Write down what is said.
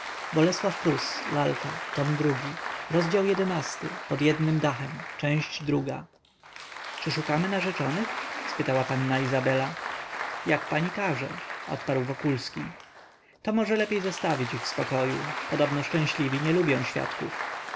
obejrzała się lecz spostrzegłszy że wokulski patrzy na nią szybko odwróciła głowę czy szukamy narzeczonych spytała panna izabela jak pani każe odparł wokulski to może lepiej zostawić ich w spokoju podobno szczęśliwi nie lubią świadków